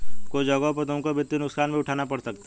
कुछ जगहों पर तुमको वित्तीय नुकसान भी उठाने पड़ सकते हैं